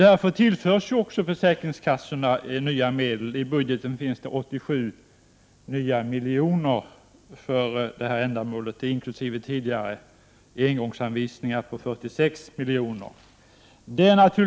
Därför tillförs försäkringskassorna nya medel. I budgeten finns det 87 milj.kr. för detta ändamål, inkl. tidigare engångsan visningar på 46 milj.kr.